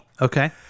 Okay